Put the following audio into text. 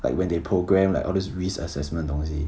like when they program like all those risk assessment 东西